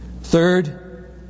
Third